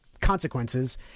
consequences